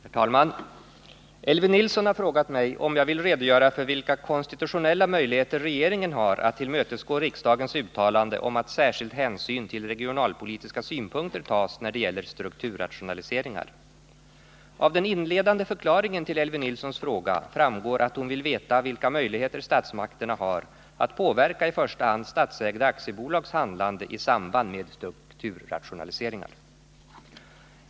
Herr talman! Elvy Nilsson har frågat mig om jag vill redogöra för vilka konstitutionella möjligheter regeringen har att tillmötesgå riksdagens uttalande om att särskild hänsyn till regionalpolitiska synpunkter tas när det gäller strukturrationaliseringar. Av den inledande förklaringen till Elvy Nilssons fråga framgår att hon vill veta vilka möjligheter statsmakterna har att påverka i första hand statsägda aktiebolags handlande i samband med strukturrationaliseringar.